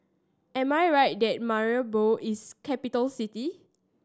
am I right that Paramaribo is capital city